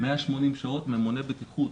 180 שעות ממונה בטיחות.